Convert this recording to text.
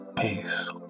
Peace